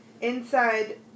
inside